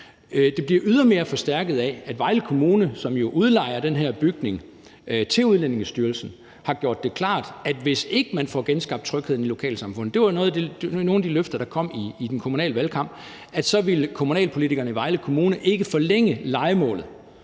Det bliver ydermere forstærket af, at Vejle Kommune, som jo udlejer den her bygning til Udlændingestyrelsen, har gjort det klart, at hvis ikke man får genskabt trygheden i lokalsamfundet, og det var nogle af de løfter, der kom i den kommunale valgkamp, så vil kommunalpolitikerne i Vejle Kommune ikke forlænge lejemålet,